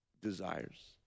desires